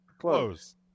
Close